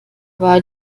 war